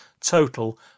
total